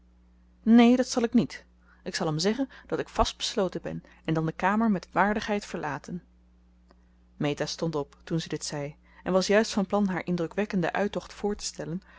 neen dat zal ik niet ik zal hem zeggen dat ik vast besloten ben en dan de kamer met waardigheid verlaten meta stond op toen zij dit zei en was juist van plan haar indrukwekkenden uittocht voor te stellen